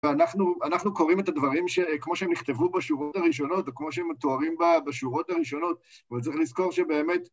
ואנחנו קוראים את הדברים כמו שהם נכתבו בשורות הראשונות, או כמו שהם מתוארים בשורות הראשונות, אבל צריך לזכור שבאמת...